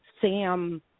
Sam